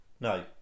No